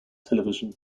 television